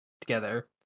together